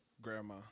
grandma